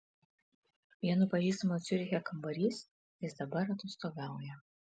vieno pažįstamo ciuriche kambarys jis dabar atostogauja